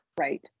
Right